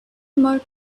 more